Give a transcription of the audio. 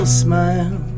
smile